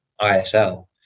ISL